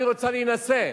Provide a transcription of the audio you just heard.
אני רוצה להינשא.